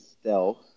stealth